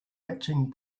matching